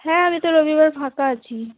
হ্যাঁ আমি তো রবিবার ফাঁকা আছি